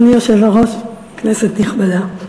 אדוני היושב-ראש, כנסת נכבדה,